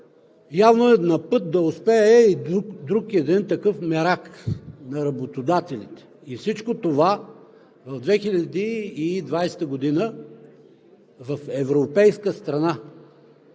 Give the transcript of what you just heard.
Явно на път е да успее и друг един такъв мерак на работодателите. И всичко това в 2020 г. в европейска страна,